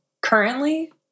Currently